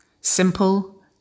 Simple